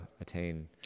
attain